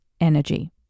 energy